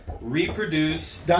reproduce